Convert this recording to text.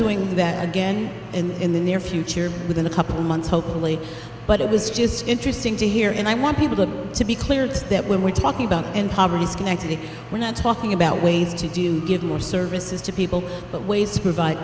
doing that again and in the near future within a couple months hopefully but it was just interesting to hear and i want people to be clear that when we're talking about end poverty schenectady we're not talking about ways to do give more services to people but ways to provide